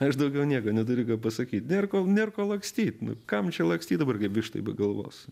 aš daugiau nieko neturiu ką pasakyt nėr ko nėr ko lakstyt nu kam čia lakstyt dabar kaip vištai be galvos